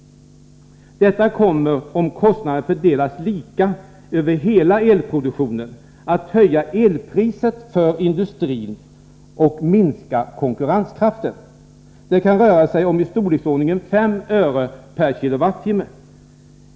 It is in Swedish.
Detta kommer, om kostnaderna fördelas lika över hela elproduktionen, att höja elpriset för industrin och minska konkurrenskraften. Det kan röra sig om en ökning i storleksordningen 5 öre per kWh.